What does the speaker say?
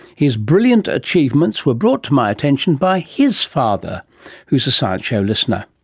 he's brilliant achievements were brought to my attention by his father who is a science show listener.